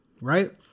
right